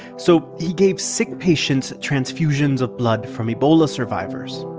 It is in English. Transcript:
so he gave sick patients transfusions of blood from ebola survivors